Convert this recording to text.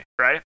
right